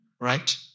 right